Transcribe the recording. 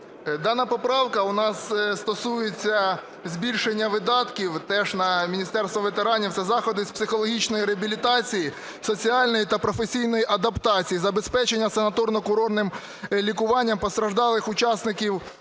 дана поправка у нас стосується збільшення видатків теж на Міністерство ветеранів та заходи з психологічної реабілітації, соціальної та професійної адаптації, забезпечення санаторно-курортним лікуванням постраждалих учасників